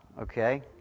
Okay